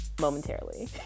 momentarily